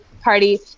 party